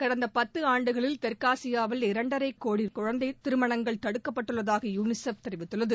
கடந்த பத்தாண்டுகளில் தெற்காசியாவில் இரண்டரை கோடி குழந்தை திருமணங்கள் தடுக்கப்பட்டுள்ளதாக யுனிசெஃப் தெரிவித்துள்ளது